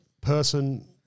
person